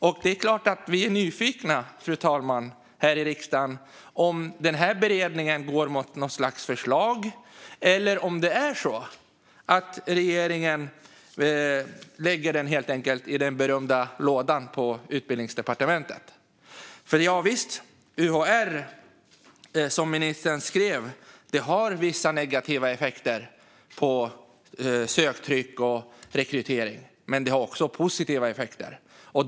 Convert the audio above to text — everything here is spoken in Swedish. Vi i riksdagen är såklart nyfikna på om beredningen går mot ett förslag eller om regeringen helt enkelt lägger den i den berömda lådan på Utbildningsdepartementet. Visst har det enligt UHR vissa negativa effekter, så som ministern skrev, på söktryck och rekrytering, men det har också positiva effekter.